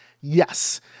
yes